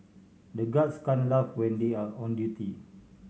the guards can't laugh when they are on duty